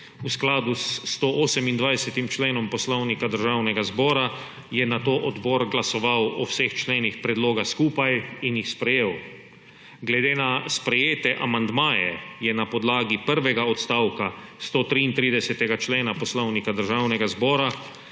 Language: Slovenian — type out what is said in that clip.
V skladu s 128. členom Poslovnika Državnega zbora je nato odbor glasoval o vseh členih predloga skupaj in jih sprejel. Glede na sprejete amandmaje je na podlagi prvega odstavka 133. člena Poslovnika Državnega zbora